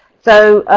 so,